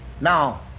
Now